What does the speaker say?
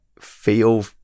feel